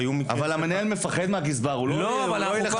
היו מקרים --- אבל המנהל מפחד מהגזבר; הוא לא ילך מעל הראש שלו.